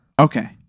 Okay